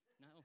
No